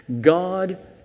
God